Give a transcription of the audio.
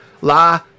La